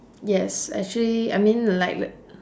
yes actually I mean like